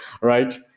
right